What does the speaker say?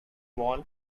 wall